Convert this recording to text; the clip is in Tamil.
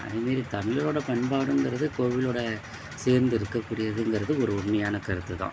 அதே மாரி தமிழரோட பண்பாடுங்கிறது கோவிலோட சேர்ந்திருக்கக்கூடியதுங்கிறது ஒரு உண்மையான கருத்து தான்